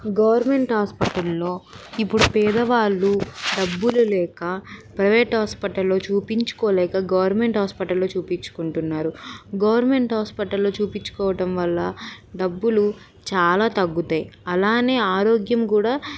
government హాస్పిటల్లో ఇప్పుడు పేదవాళ్ళు డబ్బులు లేక ప్రైవేట్ హాస్పిటల్లో చూపించుకోలేక గవర్నమెంట్ హాస్పిటల్లో చూపించుకుంటున్నారు గవర్నమెంట్ హాస్పిటల్లో చూపించుకోవటం వల్ల డబ్బులు చాలా తగ్గుతాయి అలానే ఆరోగ్యం కూడా